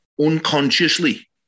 unconsciously